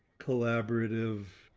collaborative,